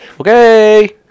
okay